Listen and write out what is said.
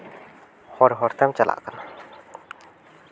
ᱦᱚᱨ ᱦᱚᱨᱛᱮᱢ ᱪᱟᱞᱟᱜ ᱠᱟᱱᱟ